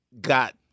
got